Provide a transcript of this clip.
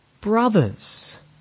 brothers